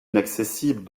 inaccessible